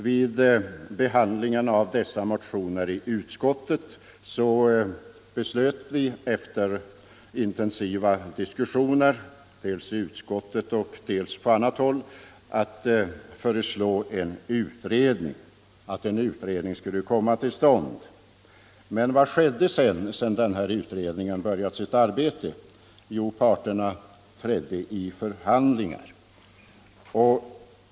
Vid behandlingen av dessa motioner i utskottet beslöt vi efter intensiva diskussioner —- dels i utskottet och dels på annat håll — att föreslå att en utredning skulle komma till stånd. Men vad skedde sedan denna utredning börjat sitt arbete? Parterna trädde i förhandlingar.